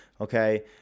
okay